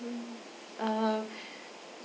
hmm uh